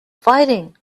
fighting